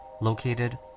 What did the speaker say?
located